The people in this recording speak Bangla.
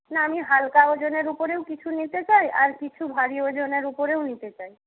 না আমি হালকা ওজনের উপরেও কিছু নিতে চাই আর কিছু ভারী ওজনের উপরেও নিতে চাই